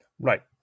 Right